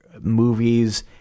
movies